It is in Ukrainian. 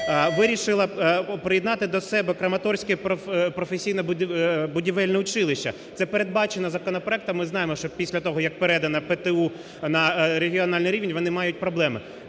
вирішила приєднати до себе Краматорське професійне будівельне училище. Це передбачено законопроектом, ми знаємо, що після того, як передане ПТУ на регіональний рівень, вони мають проблеми.